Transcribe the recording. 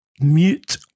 mute